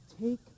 take